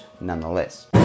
nonetheless